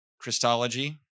Christology